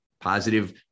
Positive